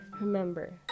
Remember